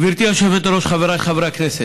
גברתי היושבת-ראש, חבריי חברי הכנסת,